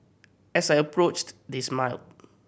as I approached they smiled